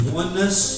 oneness